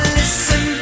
listen